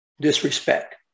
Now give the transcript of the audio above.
disrespect